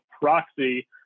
proxy